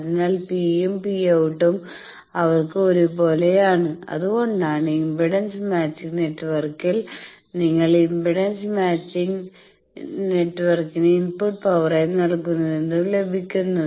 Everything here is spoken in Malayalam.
അതിനാൽ P¿ ഉം Pout ഉം അവർക്ക് ഒരുപോലെയാണ് അതുകൊണ്ടാണ് ഇംപെഡൻസ് മാച്ചിങ് നെറ്റ്വർക്കിൽ നിങ്ങൾ ഇംപെഡൻസ് മാച്ചിംഗ് നെറ്റ്വർക്കിന് ഇൻപുട്ട് പവറായി നൽകുന്നതെന്തും ലഭിക്കുന്നത്